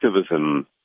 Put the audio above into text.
activism